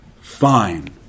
fine